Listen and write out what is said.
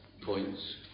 points